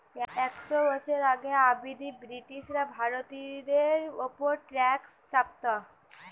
একশ বছর আগে অব্দি ব্রিটিশরা ভারতীয়দের উপর ট্যাক্স চাপতো